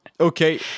Okay